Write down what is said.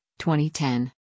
2010